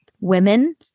Women